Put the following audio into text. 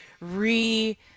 re-